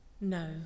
No